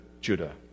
Judah